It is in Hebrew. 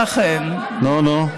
ולכן, נו, נו.